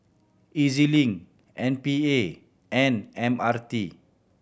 E Z Link M P A and M R T